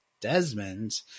Desmond